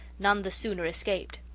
none the sooner escaped!